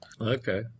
Okay